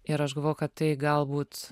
ir aš galvoju kad tai galbūt